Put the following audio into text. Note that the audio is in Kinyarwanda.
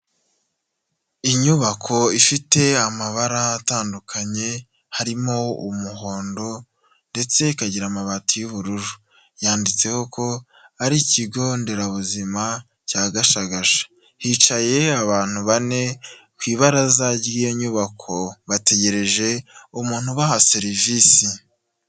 Inyubako ifite amabara atandukanye harimo umuhondo, ndetse ikagira amabati y'ubururu yanditseho ko ari ikigo nderabuzima cya Gashagasha, hicaye abantu bane ku ibaraza ry'iyo nyubako bategereje umuntu ubaha serivisi.